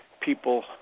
people